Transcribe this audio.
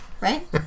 right